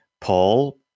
Paul